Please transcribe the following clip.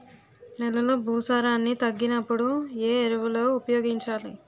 నెలలో భూసారాన్ని తగ్గినప్పుడు, ఏ ఎరువులు ఉపయోగించాలి?